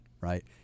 right